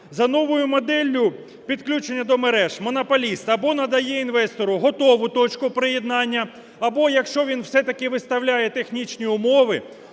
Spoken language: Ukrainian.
За новою моделлю підключення до мереж монополіст або надає інвестору готову точку приєднання, або якщо він все-таки виставляє технічні умови,